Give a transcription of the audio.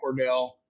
Cordell